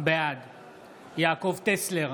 בעד יעקב טסלר,